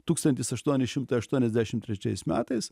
tūkstantis aštuoni šimtai aštuoniasdešim trečiais metais